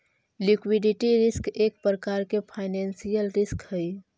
liquidity risk एक प्रकार के फाइनेंशियल रिस्क हई